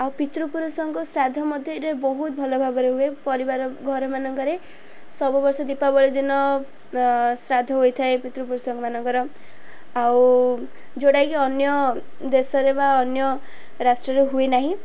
ଆଉ ପିତୃପୁରୁଷଙ୍କୁ ଶ୍ରାଦ୍ଧ ମଧ୍ୟ ଏଇଠି ବହୁତ ଭଲ ଭାବରେ ହୁଏ ପରିବାର ଘର ମାନଙ୍କରେ ସବୁ ବର୍ଷ ଦୀପାବଳି ଦିନ ଶ୍ରାଦ୍ଧ ହୋଇଥାଏ ପିତୃପୁରୁଷମାନଙ୍କର ଆଉ ଯେଉଁଟାକି ଅନ୍ୟ ଦେଶରେ ବା ଅନ୍ୟ ରାଷ୍ଟ୍ରରେ ହୁଏନାହିଁ